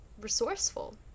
resourceful